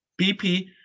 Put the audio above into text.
BP